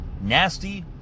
nasty